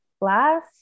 last